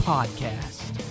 Podcast